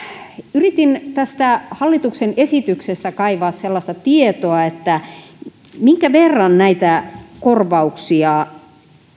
yritin tästä hallituksen esityksestä kaivaa sellaista tietoa että minkä verran näitä korvauksia